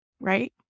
right